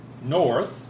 north